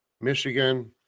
Michigan